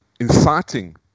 Inciting